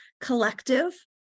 collective